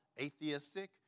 atheistic